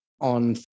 on